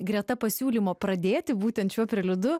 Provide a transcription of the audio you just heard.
greta pasiūlymo pradėti būtent šiuo periodu